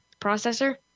Processor